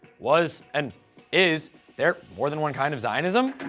was and is there more than one kind of zionism?